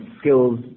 skills